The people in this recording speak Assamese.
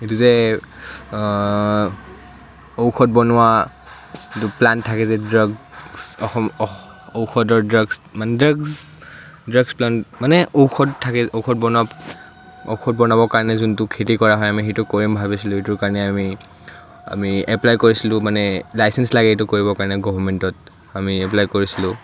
এইটো যে ঔষধ বনোৱা এইটো প্লাণ্ট থাকে যে ড্ৰাগছ অসমত ঔষধৰ ড্ৰাগছ মানে ড্ৰাগছ ড্ৰাগছ প্লাণ্ট মানে ঔষধ থাকে ঔষধ বনোৱা ঔষধ বনাবৰ কাৰণে যোনটো খেতি কৰা হয় আমি সেইটো কৰিম ভাবিছিলোঁ সেইটো কাৰণে আমি আমি এপ্লাই কৰিছিলোঁ মানে লাইচেঞ্চ লাগে সেইটো কৰিবৰ কাৰণে গভমেণ্টত আমি এপ্লাই কৰিছিলোঁ